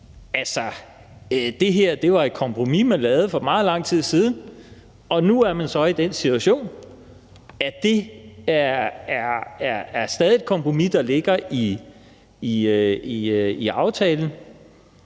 det her var et kompromis, man lavede for meget lang tid siden, og nu er man så i den situation, at det stadig er et kompromis, der ligger i aftalen.